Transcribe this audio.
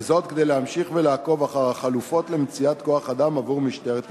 כדי להמשיך לעקוב אחר החלופות למציאת כוח-אדם בעבור משטרת ישראל.